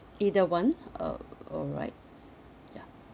either [one] uh alright ya